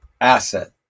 asset